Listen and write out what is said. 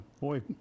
Boy